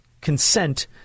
consent